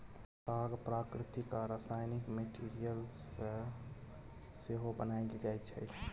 ताग प्राकृतिक आ रासायनिक मैटीरियल सँ सेहो बनाएल जाइ छै